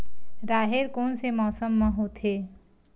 राहेर कोन से मौसम म होथे?